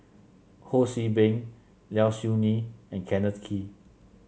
Ho See Beng Low Siew Nghee and Kenneth Kee